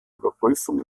überprüfung